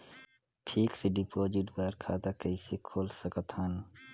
Fixed deposit बर खाता कइसे खोल सकत हन?